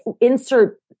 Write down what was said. insert